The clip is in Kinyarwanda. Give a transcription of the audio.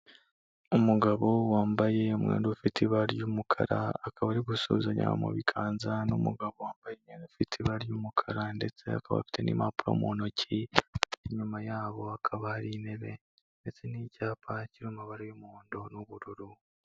Umugabo wambaye umwenda ufite ibara ry'umukara, akaba ari gusuhuzanya mu biganza n'umugabo wambaye umwenda ufite ibara ry'umukara ndetse akaba afite n'impapuro mu ntoki, inyuma yabo hakaba hari intebe ndetse n'icyapa kirimo amabara y'umuhondo n'ubururu.